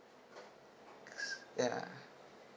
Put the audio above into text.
cause yeah